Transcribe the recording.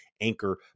Anchor